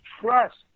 trust